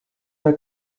are